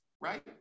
right